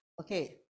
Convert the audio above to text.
Okay